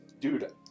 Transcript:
Dude